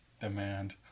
demand